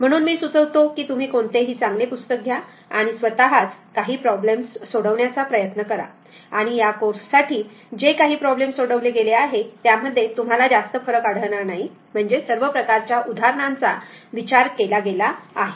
म्हणून मी सुचवितो की तुम्ही कोणतेही चांगले पुस्तक घ्या आणि स्वतःच काही प्रॉब्लेम्स सोडवण्याचा प्रयत्न करा आणि या कोर्ससाठी जे काही प्रॉब्लेम्स सोडवले गेले आहे त्यामध्ये तुम्हाला जास्त फरक आढळणार नाही म्हणजे सर्व प्रकारच्या उदाहरणांचा विचार केला गेला आहे